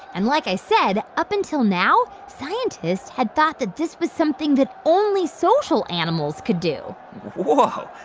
and like i said, up until now, scientists had thought that this was something that only social animals could do whoa,